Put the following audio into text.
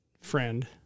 friend